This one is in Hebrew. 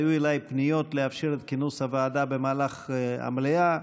היו אליי פניות לאפשר את כינוס הוועדה במהלך המליאה.